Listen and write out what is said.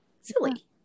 silly